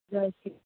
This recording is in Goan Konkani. जाय आशि